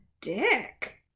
dick